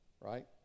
Right